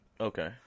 Okay